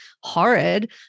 horrid